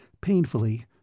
Painfully